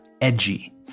edgy